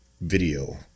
video